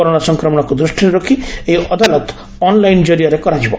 corona ସଂକ୍ରମଣକୁ ଦୃଷିରେ ରଖି ଏହି ଅଦାଲତ ଅନ୍ଲାଇନ୍ ଜରିଆରେ କରାଯିବ